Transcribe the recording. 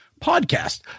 podcast